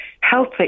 healthy